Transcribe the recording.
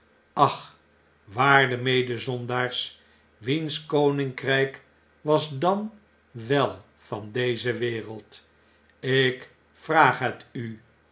ach waarde medezondaars wiens koninkrp was dan wel van deze wereld ik vraag het u